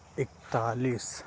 اکتالیس